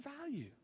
value